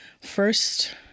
first